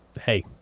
Hey